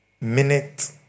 minute